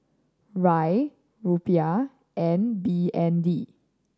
Riel Rupiah and B N D